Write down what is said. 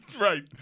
right